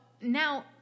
now